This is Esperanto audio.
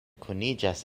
kuniĝas